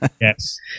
Yes